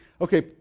okay